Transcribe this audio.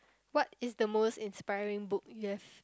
what is the most inspiring book you have